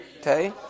okay